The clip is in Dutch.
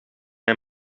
hij